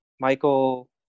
Michael